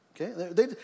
Okay